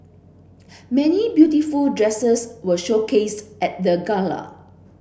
many beautiful dresses were showcased at the gala